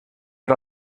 per